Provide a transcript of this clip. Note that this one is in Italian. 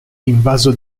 invaso